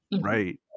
Right